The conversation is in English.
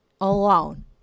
alone